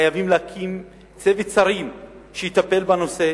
חייבים להקים צוות שרים שיטפל בנושא,